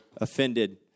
offended